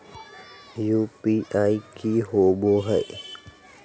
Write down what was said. UPI की होवे हय?